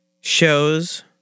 shows